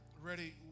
Ready